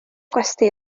gwesty